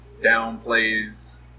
downplays